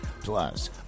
Plus